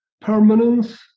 permanence